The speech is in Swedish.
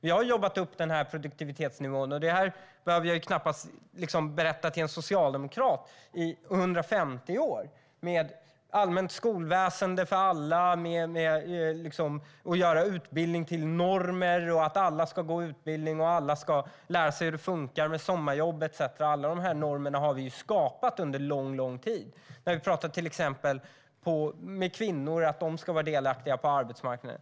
Vi har jobbat upp denna produktivitetsnivå - och detta behöver jag knappast berätta för en socialdemokrat - i 150 år. Det har skett med allmänt skolväsen för alla, genom att göra utbildning till norm, genom att alla ska gå en utbildning, genom att alla ska lära sig hur det funkar med sommarjobb etcetera. Alla dessa normer har vi skapat under lång tid. Det handlar till exempel om att kvinnor ska vara delaktiga på arbetsmarknaden.